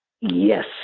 yes